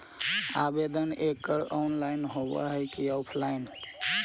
आवेदन एकड़ ऑनलाइन होव हइ की ऑफलाइन?